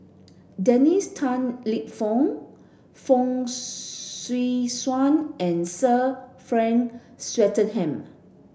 Dennis Tan Lip Fong Fong Swee Suan and Sir Frank Swettenham